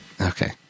okay